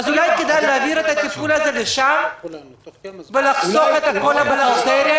אז אולי כדאי להעביר את הטיפול הזה לשם ולחסוך את כל האבו-חלטרייה?